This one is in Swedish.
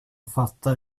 fattar